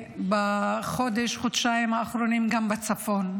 בחודש, חודשיים האחרונים גם בצפון.